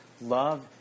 love